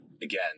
Again